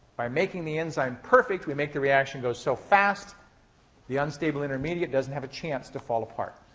by making the enzyme perfect, we make the reaction go so fast the unstable intermediate doesn't have a chance to fall apart.